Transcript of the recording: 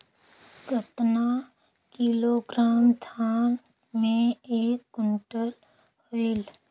कतना किलोग्राम धान मे एक कुंटल होयल?